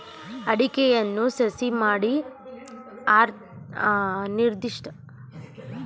ಅಡಿಕೆಯನ್ನು ಸಸಿ ಮಾಡಿ ನಿರ್ದಿಷ್ಟ ಅಂತರದಲ್ಲಿ ಗೂಳಿ ಮಾಡಿ ನೆಟ್ಟು ಬೆಳಿತಾರೆ